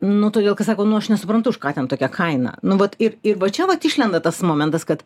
nu todėl kad sako nu aš nesuprantu už ką ten tokia kaina nu vat ir ir va čia vat išlenda tas momentas kad